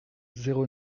zéro